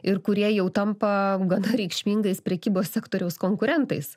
ir kurie jau tampa gana reikšmingais prekybos sektoriaus konkurentais